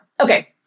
okay